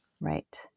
right